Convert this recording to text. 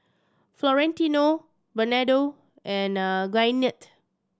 Florentino Bernardo and Gwyneth